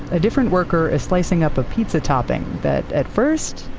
a different worker is slicing up a pizza topping that at first,